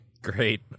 Great